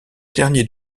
dernier